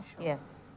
Yes